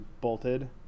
bolted